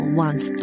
wants